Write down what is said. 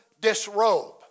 disrobe